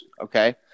okay